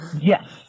Yes